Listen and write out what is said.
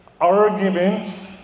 Arguments